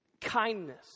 Kindness